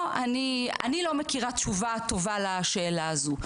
אני לא מכירה תשובה טובה לשאלה הזו.